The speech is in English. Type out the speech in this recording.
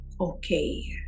okay